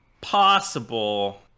possible